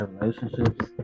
relationships